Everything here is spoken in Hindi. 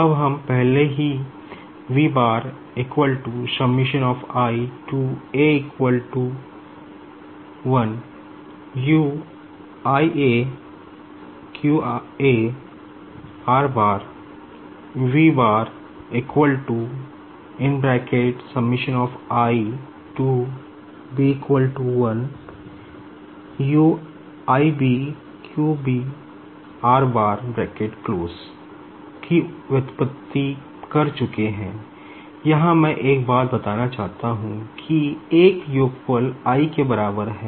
अब हम पहले से ही की व्युत्पत्ति कर चुके हैं यहाँ मैं एक बात बताना चाहता हूँ कि 1 का योगफल i के बराबर है